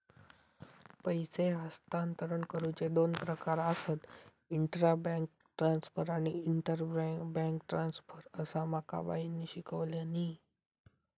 पैसे हस्तांतरण करुचे दोन प्रकार आसत, इंट्रा बैंक ट्रांसफर आणि इंटर बैंक ट्रांसफर, असा माका बाईंनी शिकवल्यानी